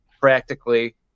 practically